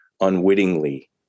unwittingly